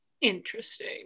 Interesting